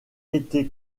été